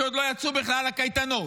שעוד לא יצאו בכלל לקייטנות.